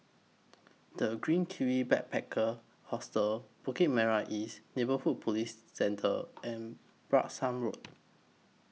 The Green Kiwi Backpacker Hostel Bukit Merah East Neighbourhood Police Centre and Branksome Road